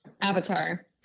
Avatar